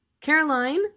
Caroline